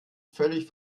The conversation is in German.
völlig